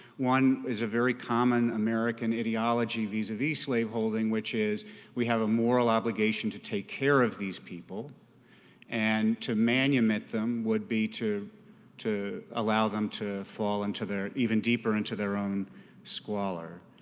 one is a very common american ideology vis-a-vis slave holding, which is we have a moral obligation to take care of these people and to manumit them would be to to allow them to fall into their, even deeper into their own squalor.